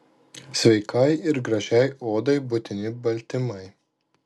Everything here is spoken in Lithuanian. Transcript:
sveikai ir gražiai odai būtini baltymai